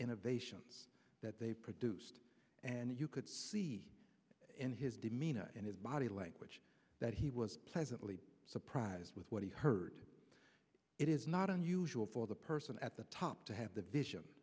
innovations that they produced and you could see in his demeanor and his body language that he was pleasantly surprised with what he heard it is not unusual for the person at the top to have the vision